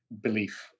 belief